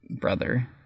brother